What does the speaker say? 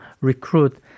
recruit